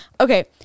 Okay